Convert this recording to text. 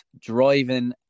driving